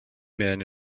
men